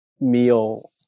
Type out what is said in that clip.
meal